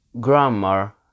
grammar